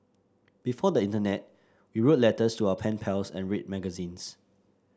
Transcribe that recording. before the internet we wrote letters to our pen pals and read magazines